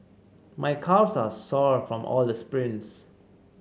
my calves are sore from all the sprints